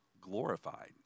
glorified